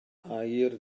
aur